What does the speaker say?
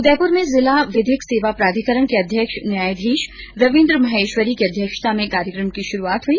उदयपुर में जिला विधिक सेवा प्राधिकरण के अध्यक्ष न्यायाधीश रविन्द्र माहेश्वरी की अध्यक्षता में कार्यक्रम की शुरुआत हुई